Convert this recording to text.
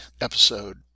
episode